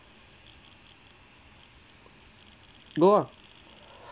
goal ah